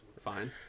fine